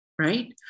right